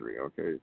okay